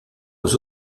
aux